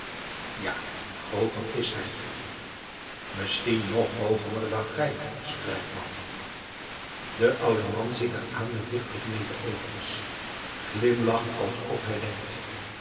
ja goochem is hij misschien nog goochemer dan jij strijkman de oude man ziet haar aan met dichtgeknepen oogjes glimlacht alsof hij denkt